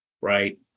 Right